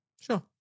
Sure